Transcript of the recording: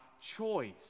Choice